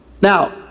Now